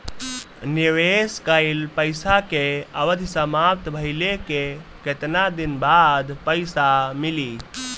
निवेश कइल पइसा के अवधि समाप्त भइले के केतना दिन बाद पइसा मिली?